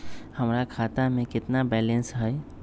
हमर खाता में केतना बैलेंस हई?